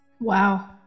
Wow